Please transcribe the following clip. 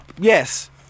Yes